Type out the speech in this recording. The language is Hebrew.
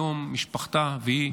היום משפחתה והיא